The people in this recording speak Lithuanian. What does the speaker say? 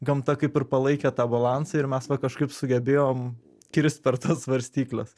gamta kaip ir palaikė tą balansą ir mes kažkaip sugebėjom kirst per tas svarstykles